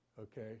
Okay